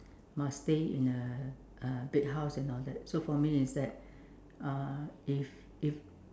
must stay in a big house and all that so for me is that uh if if